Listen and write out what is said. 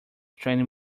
training